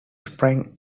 sprang